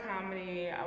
comedy